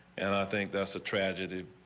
and i think that's a tragedy.